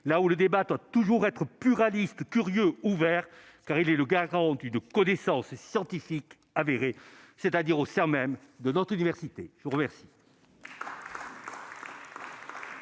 là où le débat doit toujours être pluraliste, curieux, ouvert, car il est le garant du de connaissance scientifiques avéré, c'est-à-dire aux Serbes, même de notre université, je vous remercie.